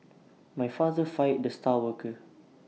my father fired the star worker